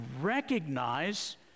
recognize